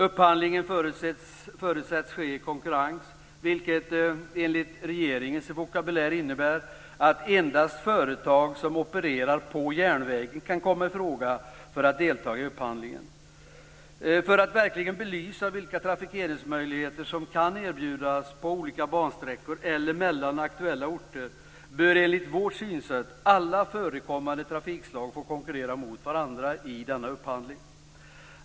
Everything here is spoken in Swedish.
Upphandlingen förutsätts ske i konkurrens, vilket enligt regeringens vokabulär innebär att endast företag som opererar på järnvägen kan komma i fråga för att deltaga i upphandlingen. För att verkligen belysa vilka trafikeringsmöjligheter som kan erbjudas på olika bansträckor eller mellan aktuella orter bör enligt vårt synsätt alla förekommande trafikslag få konkurrera mot varandra i denna upphandling.